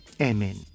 Amen